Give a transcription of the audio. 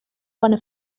bona